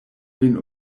vin